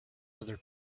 other